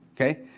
okay